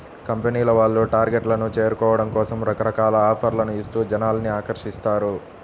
కంపెనీల వాళ్ళు టార్గెట్లను చేరుకోవడం కోసం రకరకాల ఆఫర్లను ఇస్తూ జనాల్ని ఆకర్షిస్తారు